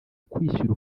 ukwishyira